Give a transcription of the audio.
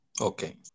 Okay